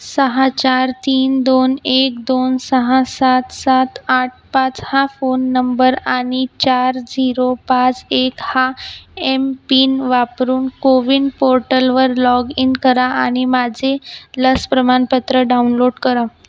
सहा चार तीन दोन एक दोन सहा सात सात आठ पाच हा फोन नंबर आणि चार झिरो पाच एक हा एम पिन वापरून कोविन पोर्टलवर लॉग इन करा आणि माझे लस प्रमाणपत्र डाउनलोड करा